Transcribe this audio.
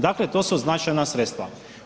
Dakle, to su značajna sredstva.